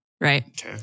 right